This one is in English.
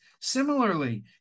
Similarly